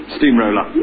Steamroller